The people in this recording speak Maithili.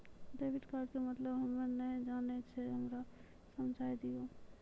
डेबिट कार्ड के मतलब हम्मे नैय जानै छौ हमरा समझाय दियौ?